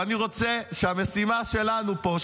ואני רוצה שהמשימה שלנו פה,